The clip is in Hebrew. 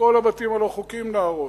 את כל הבתים הלא-חוקיים, להרוס.